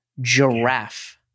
Giraffe